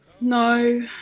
No